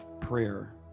prayer